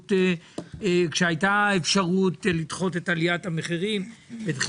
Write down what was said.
וכשהייתה אפשרות לדחות את עליית המחירים.